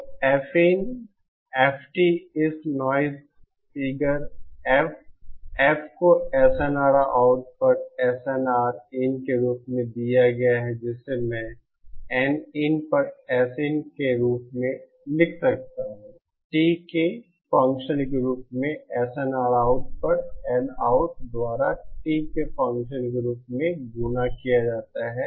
तो Fin FT इस noise figure F F को SNRout पर SNRin के रूप में दिया गया है जिसे मैं Nin पर Sin के रूप में लिख सकता हूं T के एक फ़ंक्शन के रूप में SNRout पर Nout द्वारा T के फ़ंक्शन के रूप में गुणा किया जाता है